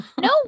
no